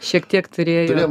šiek tiek turėjom